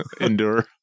endure